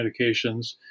medications